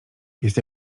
jest